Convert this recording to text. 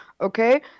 okay